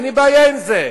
אין לי בעיה עם זה.